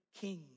King